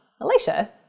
Alicia